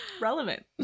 relevant